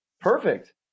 perfect